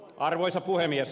arvoisa puhemies